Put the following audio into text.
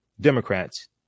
Democrats